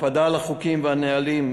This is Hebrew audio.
הקפדה על חוקים ועל נהלים,